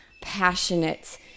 passionate